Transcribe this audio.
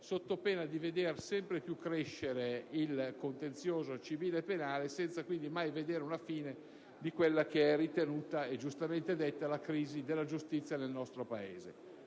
sotto pena di veder sempre più crescere il contenzioso civile e penale, senza vedere una fine a quella che è ritenuta, e giustamente è detta, la crisi della giustizia nel nostro Paese.